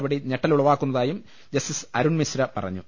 നടപടി ഞെട്ടലുളവാക്കുന്നതായും ജസ്റ്റിസ് അരുൺ മിശ്ര പറഞ്ഞു